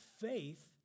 faith